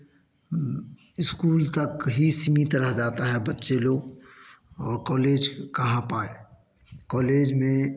school तक ही सीमित रह जाता है बच्चे लोग और कॉलेज कहाँ पाए कॉलेज में